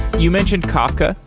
you mentioned kafka,